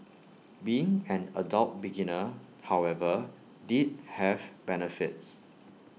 being an adult beginner however did have benefits